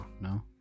no